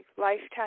lifetime